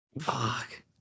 Fuck